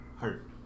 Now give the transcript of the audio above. Hurt